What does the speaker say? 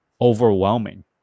overwhelming